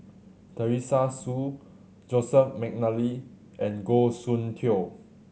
Teresa Hsu Joseph McNally and Goh Soon Tioe